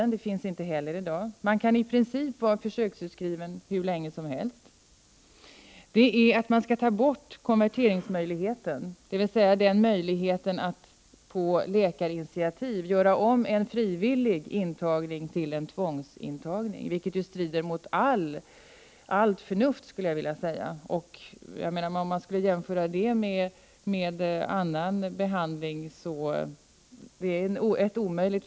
Någon sådan finns inte heller i dag. I princip kan man vara försöksutskriven hur länge som helst. 3. Borttagande av konverteringsmöjligheten, dvs. möjligheten att på läkarinitiativ göra om en frivillig intagning till en tvångsintagning, vilket strider mot allt förnuft. Förfaringssättet att ha konverteringsmöjligheter i annan vård är omöjlig.